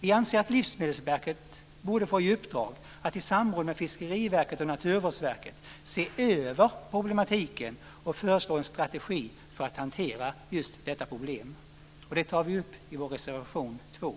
Vi anser att Livsmedelsverket borde få i uppdrag att i samråd med Fiskeriverket och Naturvårdsverket se över problematiken och föreslå en strategi för att hantera just detta problem. Detta tar vi upp i vår reservation 2.